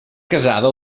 casada